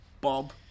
Bob